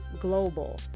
Global